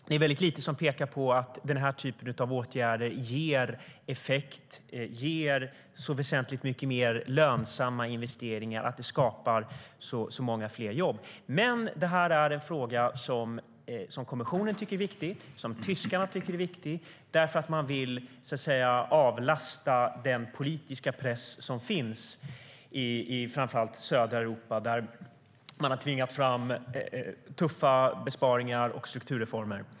Det är mycket lite som pekar på att den här typen av åtgärder ger en sådan effekt och så väsentligt mer lönsamma investeringar att det skapar många fler jobb. Detta är en fråga som kommissionen och tyskarna tycker är viktig därför att man vill avlasta den politiska press som finns i framför allt södra Europa, där man har tvingat fram tuffa besparingar och strukturreformer.